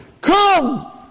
Come